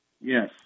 Yes